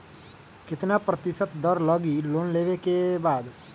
कितना प्रतिशत दर लगी लोन लेबे के बाद?